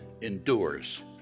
endures